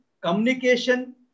communication